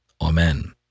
Amen